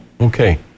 Okay